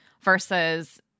versus